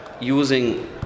using